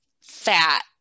fat